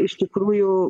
iš tikrųjų